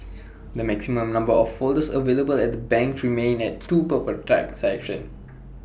the maximum number of folders available at the banks remains at two per per transaction